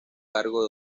cargo